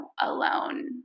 alone